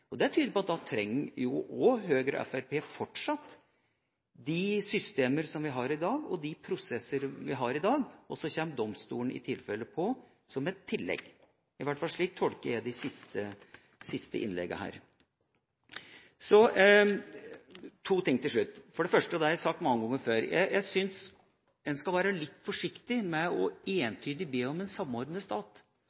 lovverket. Det tyder på at også Høyre og Fremskrittspartiet fortsatt trenger de systemer og prosesser som vi har i dag, og så kommer domstolen i tilfelle på som et tillegg – i hvert fall slik tolker jeg de siste innleggene her. Så to ting til slutt – det første har jeg sagt mange ganger før. Jeg syns en skal være litt forsiktig med entydig å